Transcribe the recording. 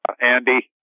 Andy